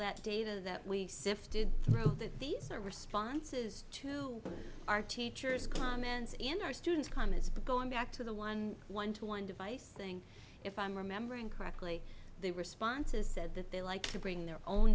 data that we sifted through that these are responses to our teachers comments in our students comments but going back to the one one two one device thing if i'm remembering correctly the responses said that they like to bring their own